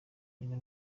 numwe